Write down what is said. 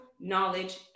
knowledge